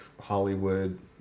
Hollywood